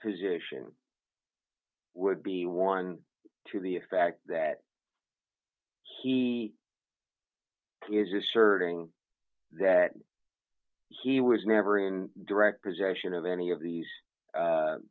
position would be one to the fact that he is asserting that he was never in direct possession of any of these